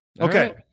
Okay